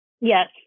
Yes